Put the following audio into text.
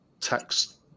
text